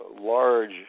large